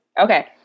Okay